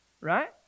right